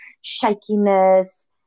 shakiness